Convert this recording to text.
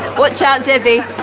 watch out, debbie!